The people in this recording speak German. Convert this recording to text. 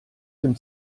dem